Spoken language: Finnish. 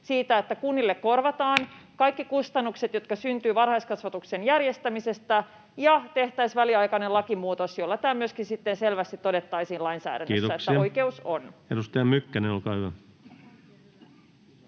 siitä, että kunnille korvataan kaikki kustannukset, jotka syntyvät varhaiskasvatuksen järjestämisestä, ja tehtäisiin väliaikainen lakimuutos, jolla myöskin sitten selvästi todettaisiin lainsäädännössä, että tämä oikeus on. [Sosiaalidemokraattien ryhmästä: